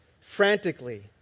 frantically